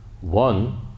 One